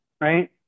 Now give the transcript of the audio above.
right